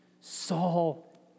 Saul